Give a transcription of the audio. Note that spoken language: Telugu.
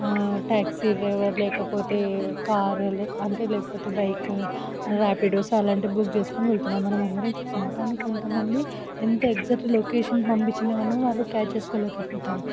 ట్యాక్సీ డ్రైవర్ లేకపోతే కార్ అంటే లేకపోతే బైక్ ర్యాపిడో అలాంటివి బుక్ చేసుకుని వెళుతున్నాము మనమందరం చూసాము కానీ కొంత మంది ఎంత ఎగ్జాక్ట్లీ లొకేషన్ పంపించినా కానీ వాళ్ళు క్యాచ్ చేసుకోలేక పోతారు